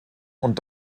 und